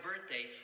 birthday